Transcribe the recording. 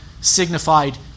signified